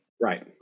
Right